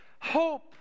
hope